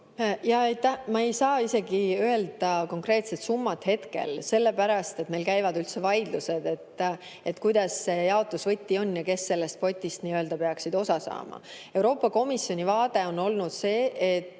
Ma ei saa isegi öelda konkreetset summat hetkel, sellepärast et meil käivad üldse vaidlused, milline see jaotusvõti on ja kes sellest potist peaksid osa saama. Euroopa Komisjoni vaade on olnud see, et